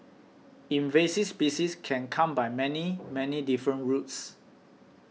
invasive species can come by many many different routes